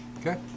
Okay